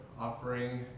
offering